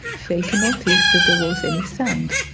failed to notice that there was any sound,